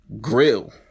Grill